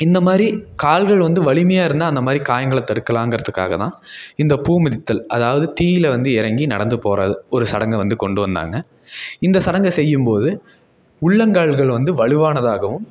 இந்தமாதிரி கால்கள் வந்து வலிமையாக இருந்தா அந்த மாதிரி காயங்களை தடுக்கலாங்கிறத்துக்காக தான் இந்த பூ மிதித்தல் அதாவது தீயில் வந்து இறங்கி நடந்து போகற ஒரு சடங்கை வந்து கொண்டு வந்தாங்க இந்த சடங்கை செய்யும்போது உள்ளங்கால்கள் வந்து வலுவானதாகவும்